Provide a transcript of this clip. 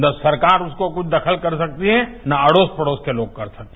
ना सरकार उसको कोई दखल कर सकती है ना अड़ोस पड़ोस के लोग कर सकते हैं